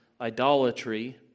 idolatry